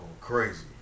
crazy